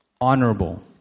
Honorable